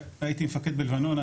הייתי מפקד בלבנון,